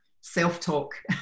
self-talk